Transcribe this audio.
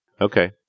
Okay